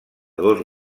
dos